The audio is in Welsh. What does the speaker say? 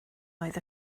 oedd